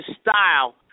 style